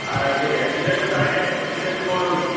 ആ അതു ശരി അഞ്ച് സെക്ടർ താഴെയല്ലേ അഞ്ച് സെക്ടർ മുകളിലും ഉണ്ട്